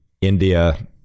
India